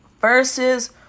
versus